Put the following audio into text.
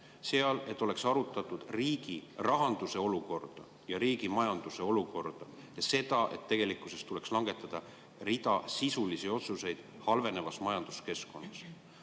kohta, et oleks arutatud riigi rahanduse olukorda, riigi majanduse olukorda ja seda, et tegelikkuses tuleks langetada sisulisi otsuseid halveneva majanduskeskkonna